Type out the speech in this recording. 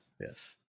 yes